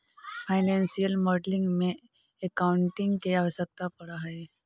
financial modelling में accounting के आवश्यकता पड़ऽ हई